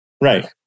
Right